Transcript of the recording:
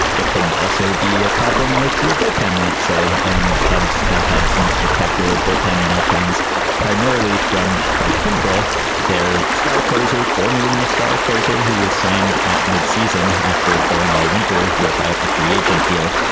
it can also be a problem with your bullpen let's say and the cubs have had some spectacular bullpen meltdowns primarily from craig kimball their star closer formerly starr closer who was signed at midseason after going all winter without a free agent deal.